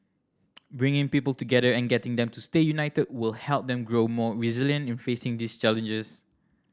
bringing people together and getting them to stay united will help them grow more resilient in facing these challenges